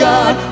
God